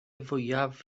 fwyaf